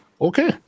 Okay